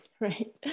right